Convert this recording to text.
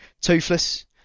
Toothless